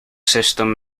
system